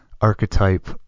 archetype